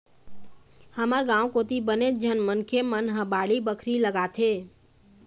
हमर गाँव कोती बनेच झन मनखे मन ह बाड़ी बखरी लगाथे